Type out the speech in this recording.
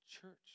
church